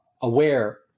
aware